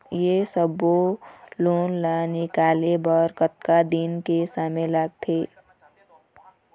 ये सब्बो लोन निकाले बर कतका दिन के समय लगथे?